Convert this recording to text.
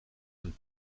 een